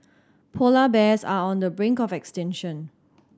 polar bears are on the brink of extinction